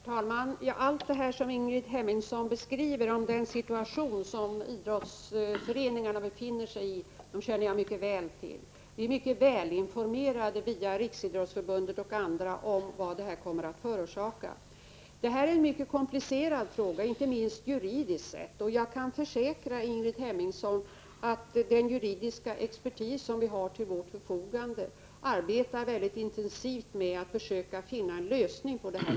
Herr talman! Allt detta som Ingrid Hemmingsson beskriver och den situation som idrottsföreningarna befinner sig i känner jag mycket väl till. Vi är mycket väl informerade via Riksidrottsförbundet och andra om vad det här kommer att förorsaka. Detta är en mycket komplicerad fråga inte minst juridiskt sett, och jag kan försäkra Ingrid Hemmingsson att den juridiska expertis som vi har till vårt förfogande arbetar mycket intensivt med att finna en lösning.